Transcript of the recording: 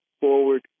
forward